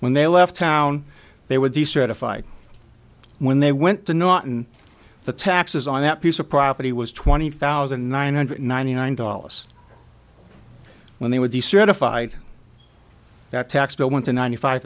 when they left town they were decertified when they went to norton the taxes on that piece of property was twenty thousand nine hundred ninety nine dollars when they would be certified that tax bill went to ninety five